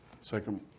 second